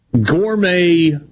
gourmet